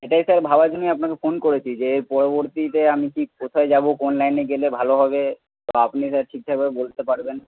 এইটাই স্যার ভাবার জন্যই আপনাকে ফোন করেছি যে এর পরবর্তীতে আমি কি কোথায় যাবো কোন লাইনে গেলে ভালো হবে তো আপনি স্যার ঠিকঠাকভাবে বলতে পারবেন